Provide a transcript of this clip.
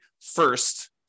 first